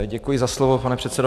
Děkuji za slovo, pane předsedo.